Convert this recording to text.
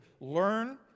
learn